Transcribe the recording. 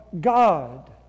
God